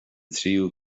tríú